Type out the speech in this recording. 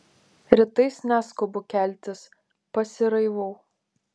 rytais neskubu keltis pasiraivau